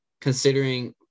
considering